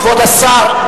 כבוד השר,